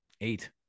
eight